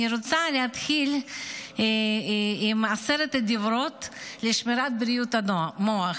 אני רוצה להתחיל עם עשרת הדיברות לשמירת בריאות המוח: